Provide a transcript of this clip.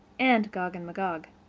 and gog and magog.